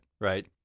right